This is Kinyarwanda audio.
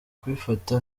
kubifata